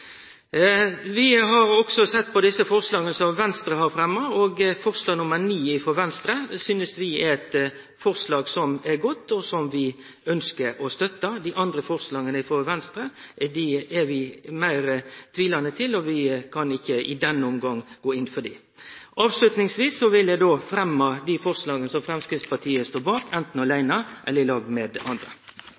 Vi har også sett på forslaga som Venstre har fremma. Forslag nr. 9 frå Venstre er eit forslag vi synest er godt, og som vi ønskjer å støtte. Dei andre forslaga frå Venstre er vi meir tvilande til, og vi kan ikkje i denne omgangen gå inn for dei. Avslutningsvis vil eg fremme dei forslaga som Framstegspartiet har, anten aleine eller i lag med andre.